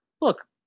look